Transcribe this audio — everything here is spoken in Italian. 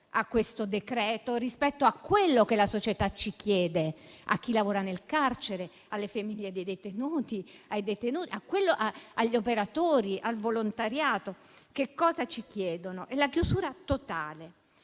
a questo decreto-legge rispetto a quello che la società ci chiede; chi lavora nel carcere, le famiglie dei detenuti, i detenuti, gli operatori, il volontariato che cosa ci chiedono? C'è stata una chiusura totale.